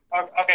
Okay